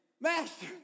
Master